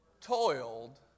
toiled